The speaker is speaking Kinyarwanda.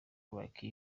like